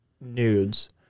nudes